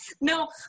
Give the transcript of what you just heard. No